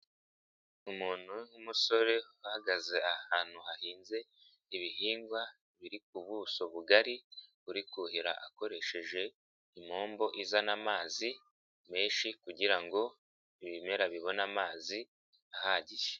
Umuntu w'umusore, uhagaze ahantu hahinze ibihingwa, biri ku buso bugari, buri kuhira akoresheje impombo izana amazi, menshi kugira ngo ibimera bibone amazi, ahagije.